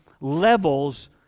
levels